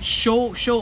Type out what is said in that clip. show show